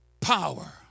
Power